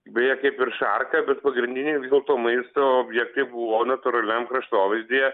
beje kaip ir šarka bet pagrindiniai vis dėlto maisto objektai buvo natūraliam kraštovaizdyje